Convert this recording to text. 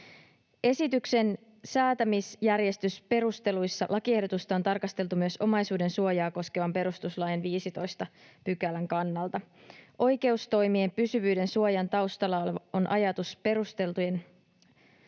Esityksen säätämisjärjestysperusteluissa lakiehdotusta on tarkasteltu myös omaisuuden suojaa koskevan perustuslain 15 §:n kannalta. Perustuslakivaliokunta on katsonut,